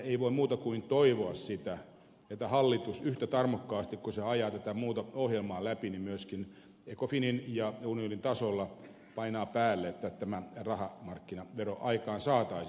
ei voi muuta kuin toivoa sitä että hallitus yhtä tarmokkaasti kuin se ajaa tätä muuta ohjelmaa läpi myöskin ecofinin ja unionin tasolla painaa päälle että tämä rahamarkkinavero aikaansaataisiin